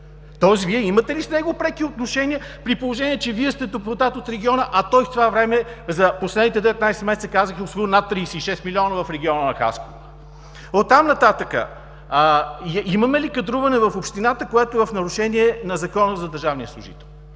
Тоест Вие имате ли с него преки отношения, при положение че Вие сте депутат от региона, а той в това време, за последните 19 месеца, казах, е усвоил над 36 милиона в региона на Хасково? Оттам нататък, имаме ли кадруване в общината, което е в нарушение на Закона за държавния служител?